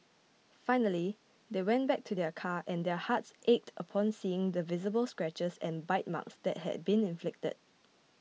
finally they went back to their car and their hearts ached upon seeing the visible scratches and bite marks that had been inflicted